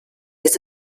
his